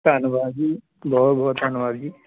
ਧੰਨਵਾਦ ਜੀ ਬਹੁਤ ਬਹੁਤ ਧੰਨਵਾਦ ਜੀ